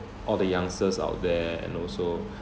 all the youngsters out there and also